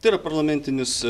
tai yra parlamentinis